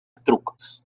trucos